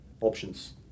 options